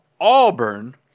Auburn